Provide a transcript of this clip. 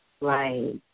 Right